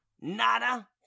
Nada